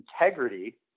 integrity